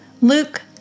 Luke